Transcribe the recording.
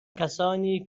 کسانی